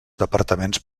departaments